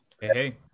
hey